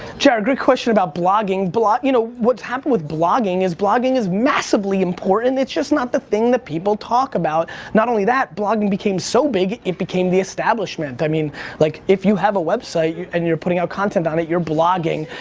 jared, good question about blogging. blogging, you know, what's happened with blogging, is blogging is massively important it's just not the thing that people talk about. not only that, blogging became so big it become the establishment. i mean like if you have a website and you're putting out content on it, you're blogging.